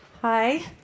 Hi